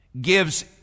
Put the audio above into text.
gives